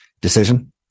decision